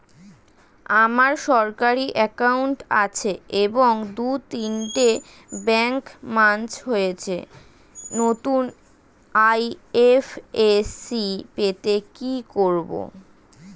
আমার সরকারি একাউন্ট আছে এবং দু তিনটে ব্যাংক মার্জ হয়েছে, নতুন আই.এফ.এস.সি পেতে কি করব?